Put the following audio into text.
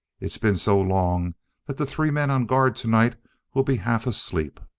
it's been so long that the three men on guard tonight will be half asleep.